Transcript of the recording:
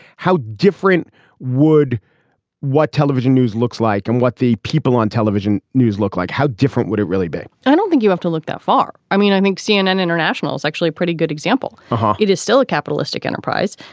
how different would what television news looks like and what the people on television news look like? how different would it really be? i don't think you have to look that far. i mean, i think cnn international's actually a pretty good example of how it is still a capitalistic enterprise.